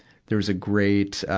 there was a great, ah,